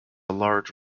large